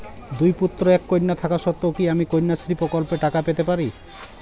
দুই পুত্র এক কন্যা থাকা সত্ত্বেও কি আমি কন্যাশ্রী প্রকল্পে টাকা পেতে পারি?